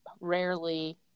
rarely